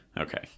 Okay